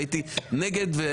הייתי נגד.